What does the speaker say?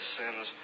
sins